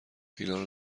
اینارو